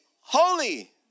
holy